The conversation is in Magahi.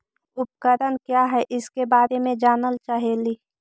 उपकरण क्या है इसके बारे मे जानल चाहेली?